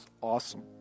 awesome